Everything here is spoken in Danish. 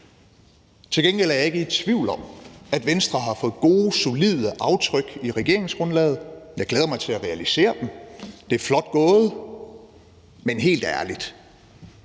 Til gengæld er jeg ikke i tvivl om, at Venstre har fået sat gode, solide aftryk i regeringsgrundlaget. Jeg glæder mig til at realisere dem. Det er flot gået. Men helt ærligt: